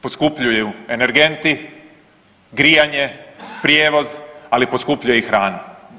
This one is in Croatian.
Poskupljuju energenti, grijanje, prijevoz ali poskupljuje i hrana.